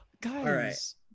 guys